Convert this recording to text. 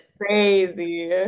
crazy